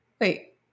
wait